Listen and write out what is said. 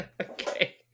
Okay